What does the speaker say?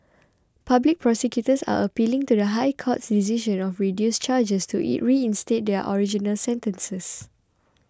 public prosecutors are appealing to the High Court's decision of reduced charges to in reinstate their original sentences